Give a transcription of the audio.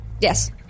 Yes